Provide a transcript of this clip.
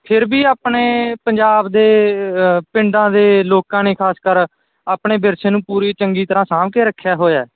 ਫਿਰ ਵੀ ਆਪਣੇ ਪੰਜਾਬ ਦੇ ਪਿੰਡਾਂ ਦੇ ਲੋਕਾਂ ਨੇ ਖ਼ਾਸ ਕਰ ਆਪਣੇ ਵਿਰਸੇ ਨੂੰ ਪੂਰੀ ਚੰਗੀ ਤਰ੍ਹਾਂ ਸਾਂਭ ਕੇ ਰੱਖਿਆ ਹੋਇਆ